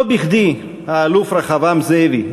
לא בכדי האלוף רחבעם זאבי,